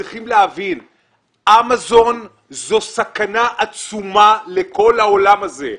צריך להבין שאמזון היא סכנה עצומה לכל העולם הזה.